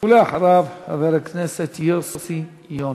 ולאחריו, חבר הכנסת יוסי יונה.